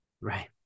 Right